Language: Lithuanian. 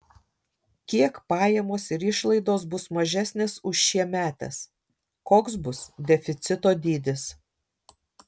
kiek pajamos ir išlaidos bus mažesnės už šiemetes koks bus deficito dydis